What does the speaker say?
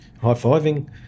high-fiving